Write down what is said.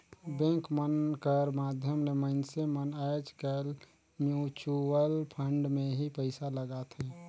bank मन कर माध्यम ले मइनसे मन आएज काएल म्युचुवल फंड में ही पइसा लगाथें